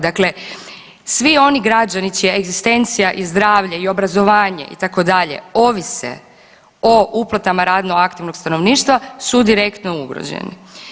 Dakle, svi oni građani čija egzistencija i zdravlje i obrazovanje itd. ovise o uplatama radno aktivnog stanovništva su direktno ugroženi.